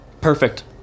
Perfect